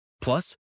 Plus